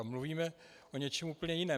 Mluvíme o něčem úplně jiném.